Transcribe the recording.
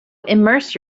immerse